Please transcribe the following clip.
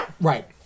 right